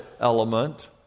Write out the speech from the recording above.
element